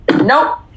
Nope